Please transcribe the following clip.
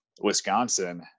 Wisconsin